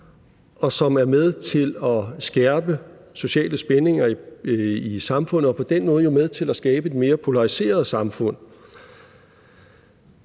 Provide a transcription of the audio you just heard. og som er med til at skærpe sociale spændinger i samfundet og på den måde jo er med til at skabe et mere polariseret samfund.